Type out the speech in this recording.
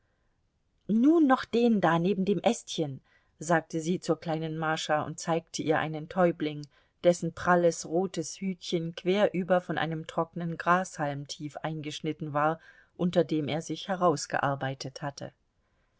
nun noch den da neben dem ästchen sagte sie zur kleinen mascha und zeigte ihr einen kleinen täubling dessen pralles rotes hütchen querüber von einem trockenen grashalm tief eingeschnitten war unter dem er sich herausgearbeitet hatte